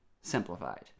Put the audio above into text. simplified